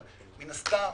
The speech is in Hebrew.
אבל מן הסתם,